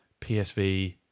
PSV